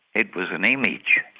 it was an image,